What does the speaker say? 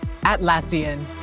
Atlassian